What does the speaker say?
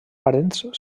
parents